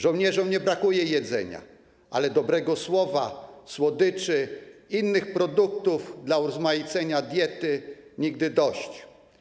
Żołnierzom nie brakuje jedzenia, ale dobrego słowa, słodyczy i innych produktów dla urozmaicenia diety nigdy dość.